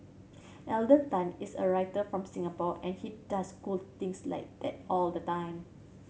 Alden Tan is a writer from Singapore and he does cool things like that all the time